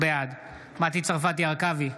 בעד מטי צרפתי הרכבי,